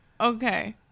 Okay